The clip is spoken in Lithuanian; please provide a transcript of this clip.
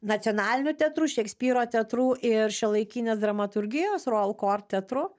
nacionaliniu teatru šekspyro teatru ir šiuolaikinės dramaturgijos royal court teatru